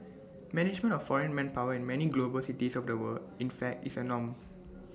management of foreign manpower in many global cities of the world in fact is A norm